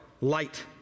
light